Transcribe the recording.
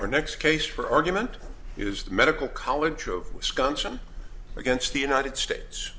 the next case for argument is medical college of wisconsin against the united states